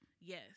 Yes